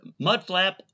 mudflap